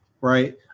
right